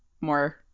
more